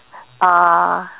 uh